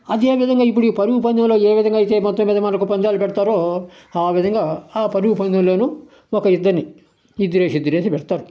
అదేవిధంగా ఇప్పుడు ఈ పరుగు పందెంలో ఏ విధంగా అయితే మొత్తం మీద మనకు పందేలు పెడతారో ఆ విధంగా ఆ పరుగు పందెంలోను ఒక ఇద్దర్ని ఇద్దురేసి ఇద్దురేసి పెడతారు